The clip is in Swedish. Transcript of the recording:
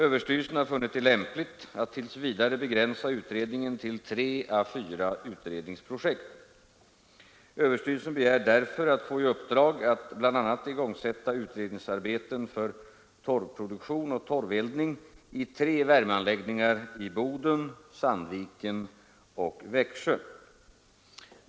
Överstyrelsen har funnit det lämpligt att tills vidare begränsa utredningen till tre å fyra utredningsprojekt. Överstyrelsen begär därför att få i uppdrag att bl.a. igångsätta utredningsarbeten för torvproduktion och torveldning i tre värmeanläggningar i Boden, Sandviken och Växjö.